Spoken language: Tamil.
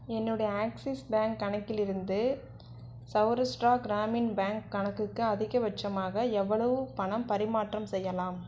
என்னுடைய ஆக்ஸிஸ் பேங்க் கணக்கிலிருந்து சௌராஷ்ட்ரா க்ராமின் பேங்க் கணக்குக்கு அதிகபட்சமாக எவ்வளோவு பணம் பரிமாற்றம் செய்யலாம்